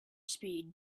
speed